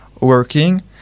working